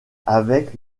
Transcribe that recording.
avec